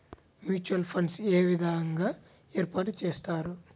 Mutual funds ఏ విధంగా ఏర్పాటు చేస్తారు?